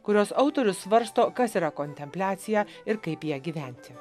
kurios autorius svarsto kas yra kontempliacija ir kaip ja gyventi